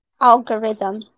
algorithm